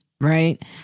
right